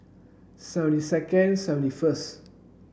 seventy second seventy first